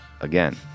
again